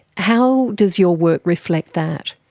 how does your work reflect that?